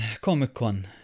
comic-con